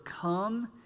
come